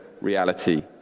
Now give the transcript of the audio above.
reality